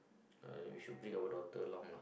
I should bring our daughter along lah